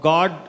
God